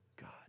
God